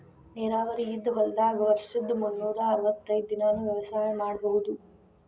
ನೇರಾವರಿ ಇದ್ದ ಹೊಲದಾಗ ವರ್ಷದ ಮುನ್ನೂರಾ ಅರ್ವತೈದ್ ದಿನಾನೂ ವ್ಯವಸಾಯ ಮಾಡ್ಬಹುದು